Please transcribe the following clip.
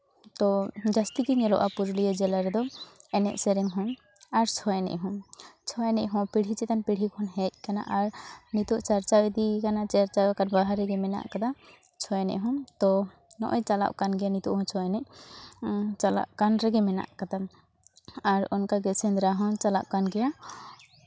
ᱛᱚ ᱡᱟᱹᱥᱛᱤ ᱜᱮ ᱧᱮᱞᱚᱜᱼᱟ ᱯᱩᱨᱩᱞᱤᱭᱟᱹ ᱡᱮᱞᱟ ᱨᱮᱫᱚ ᱮᱱᱮᱡ ᱥᱮᱨᱮᱧ ᱦᱚᱸ ᱟᱨ ᱪᱷᱳ ᱮᱱᱮᱡ ᱦᱚᱸ ᱪᱷᱳ ᱮᱱᱮᱡ ᱦᱚᱸ ᱯᱤᱲᱦᱤ ᱪᱮᱛᱟᱱ ᱯᱤᱲᱦᱤ ᱦᱮᱡ ᱠᱟᱱᱟ ᱟᱨ ᱱᱤᱛᱚᱜ ᱪᱟᱨᱪᱟᱣ ᱤᱫᱤᱭ ᱠᱟᱱᱟ ᱪᱟᱨᱪᱟᱣ ᱟᱠᱟᱱ ᱰᱟᱦᱟᱨ ᱨᱮᱜᱮ ᱢᱮᱱᱟᱜ ᱠᱟᱫᱟ ᱪᱷᱳ ᱮᱱᱮᱡ ᱦᱚᱸ ᱛᱚ ᱱᱚᱜᱼᱚᱸᱭ ᱪᱟᱞᱟᱜ ᱠᱟᱱ ᱜᱮᱭᱟ ᱱᱤᱛᱚᱜ ᱦᱚᱸ ᱪᱷᱳ ᱮᱱᱮᱡ ᱪᱟᱞᱟᱜ ᱠᱟᱱ ᱨᱮᱜᱮ ᱢᱮᱱᱟᱜ ᱠᱟᱫᱟ ᱟᱨ ᱚᱱᱠᱟᱜᱮ ᱥᱮᱸᱫᱽᱨᱟ ᱦᱚᱸ ᱪᱟᱞᱟᱜ ᱠᱟᱱ ᱜᱮᱭᱟ